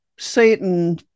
satan